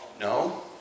No